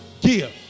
give